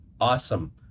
Awesome